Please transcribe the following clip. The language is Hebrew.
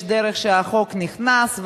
יש דרך שהחוק נכנס,